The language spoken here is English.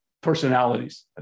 personalities